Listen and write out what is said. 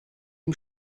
ihm